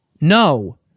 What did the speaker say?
No